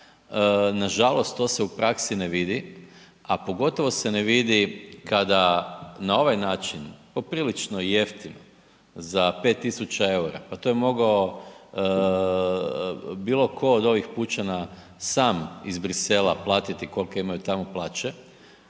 Nažalost, to se u praksi ne vidi, a pogotovo se ne vidi kada na ovaj način, poprilično jeftino za 5.000,00 EUR-a, pa to je mogao bilo tko od ovih pučana sam iz Brisela platiti kolike imaju tamo plaće